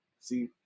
See